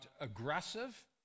aggressive